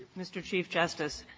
mr. chief justice,